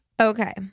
Okay